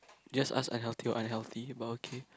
just ask unhealthy or unhealthy but okay